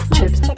Chips